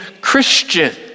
Christian